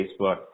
Facebook